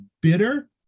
bitter